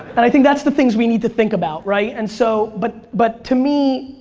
and i think that's the things we need to think about, right? and so but but to me,